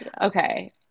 okay